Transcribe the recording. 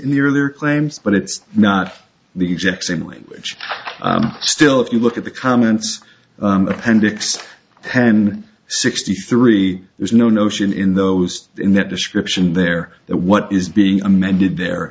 the earlier claims but it's not the exact same language still if you look at the comments appendix ten sixty three there's no notion in those in that description there that what is being amended there